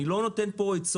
אני לא נותן פה עצות,